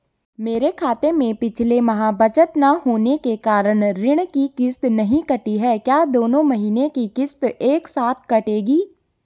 मेरे खाते में पिछले माह बचत न होने के कारण ऋण की किश्त नहीं कटी है क्या दोनों महीने की किश्त एक साथ कटेगी?